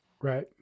Right